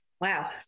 Wow